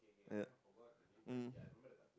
yeah mm